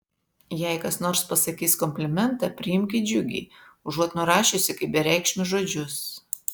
jei kas nors pasakys komplimentą priimk jį džiugiai užuot nurašiusi kaip bereikšmius žodžius